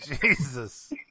Jesus